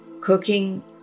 cooking